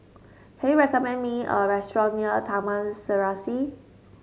can you recommend me a restaurant near Taman Serasi